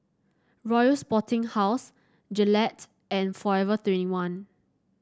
Royal Sporting House Gillette and Forever twenty one